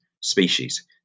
species